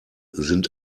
sind